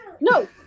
No